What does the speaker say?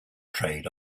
trade